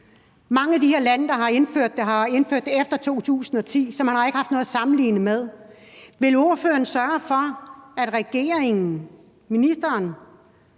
Mange af de lande, der har indført det, har jo indført det efter 2010, så man har ikke haft noget at sammenligne med. Vil ordføreren sørge for, at regeringen, altså ministeren,